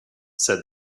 said